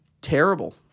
terrible